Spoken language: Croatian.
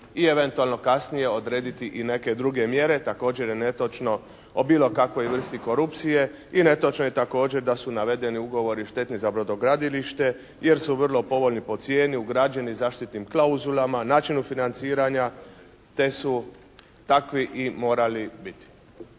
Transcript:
i eventualno kasnije odrediti i neke druge mjere. Također je netočno o bilo kakvoj vrsti korupcije. I netočno je također da su navedeni ugovori štetni za brodogradilište, jer su vrlo povoljni po cijeni, ugrađeni zaštitnim klauzulama, načinu financiranja, te su takvi i morali biti.